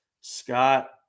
Scott